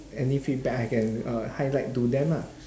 any feedback I can uh highlight to them ah